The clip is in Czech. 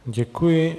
Děkuji.